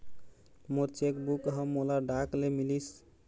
मोर cheque book ह मोला डाक ले मिलिस